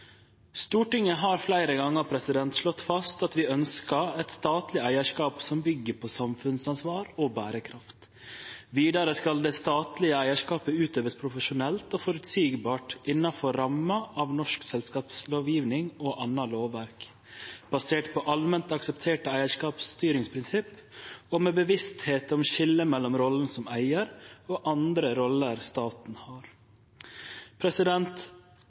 Stortinget har fleire gonger slått fast at ein ønskjer eit statleg eigarskap som byggjer på samfunnsansvar og berekraft. Vidare skal det statlege eigarskapet utøvast profesjonelt og føreseieleg innanfor ramma av norsk selskapslovgjeving og anna lovverk, basert på allment aksepterte eigarskapsstyringsprinsipp og med bevisstheit om skiljet mellom rolla som eigar og andre roller staten har.